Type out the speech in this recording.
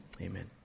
amen